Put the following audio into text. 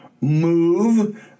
move